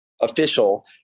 official